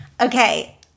Okay